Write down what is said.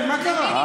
מה קרה?